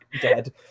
dead